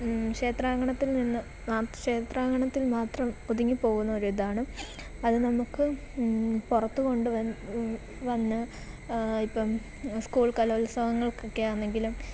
ക്ഷേത്രാങ്കണത്തിൽ നിന്ന് ഷേത്രാങ്കണത്തിൽ മാത്രം ഒതുങ്ങിപ്പോകുന്ന ഒരിതാണ് അതു നമുക്ക് പുറത്തു കൊണ്ട് വ വന്ന് ഇപ്പം സ്കൂൾ കലോത്സവങ്ങൾക്കൊക്കെ ആന്നെങ്കിലും